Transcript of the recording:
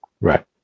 Right